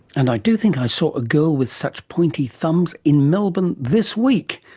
and i do think i saw a girl with such pointy thumbs in melbourne this week.